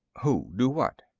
who do what?